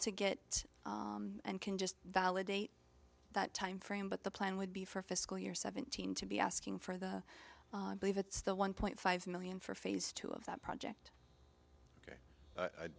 to get it and can just validate that timeframe but the plan would be for fiscal year seventeen to be asking for the believe it's the one point five million for phase two of that project